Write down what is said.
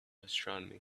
astronomy